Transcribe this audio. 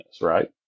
right